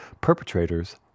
perpetrators